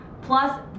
Plus